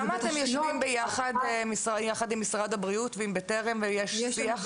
כמה אתם יושבים ביחד עם משרד הבריאות ועם בטרם לשיח?